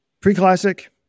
Pre-Classic